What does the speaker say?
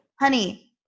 Honey